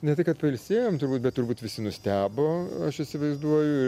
ne tai kad pailsėjom turbūt bet turbūt visi nustebo aš įsivaizduoju